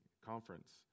conference